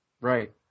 Right